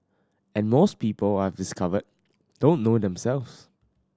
and most people I've discovered don't know themselves